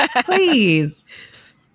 Please